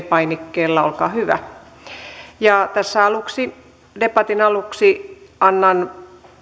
painikkeella olkaa hyvä tässä debatin aluksi annan